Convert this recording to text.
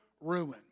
ruin